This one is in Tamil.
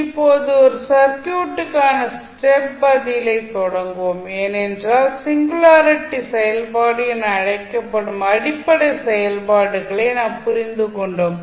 இப்போது ஒரு சர்க்யூட்டுக்கான ஸ்டெப் பதிலைத் தொடங்குவோம் ஏனென்றால் சிங்குலாரிட்டி செயல்பாடு என அழைக்கப்படும் அடிப்படை செயல்பாடுகளை நாம் புரிந்து கொண்டோம்